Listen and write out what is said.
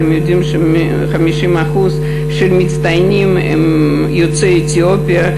אתם יודעים ש-50% מהמצטיינים הם יוצאי אתיופיה.